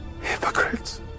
Hypocrites